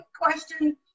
question